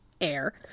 air